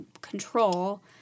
control